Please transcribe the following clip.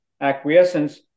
acquiescence